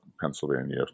Pennsylvania